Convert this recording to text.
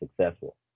successful